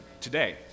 today